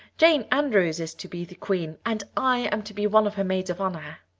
jane andrews is to be the queen and i am to be one of her maids of honor.